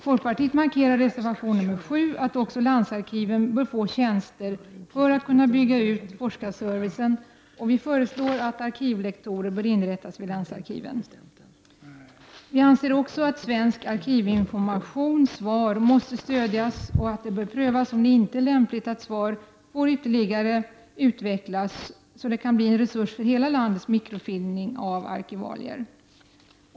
Folkpartiet markerar i reservation nr 7 att också landsarkiven bör få tjänster för att kunna bygga ut forskarservicen, och vi föreslår att arkivlektorer bör inrättas vid landsarkiven. Vi anser också att Svensk arkivinformation, SVAR, måste stödjas och att det bör prövas om det inte är lämpligt att SVAR får ytterligare utvecklas och bli en resurs för hela landets mikrofilmning av arkivalier.